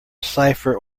cipher